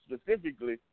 specifically